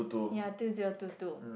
yea two zero two two